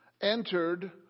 entered